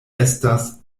estas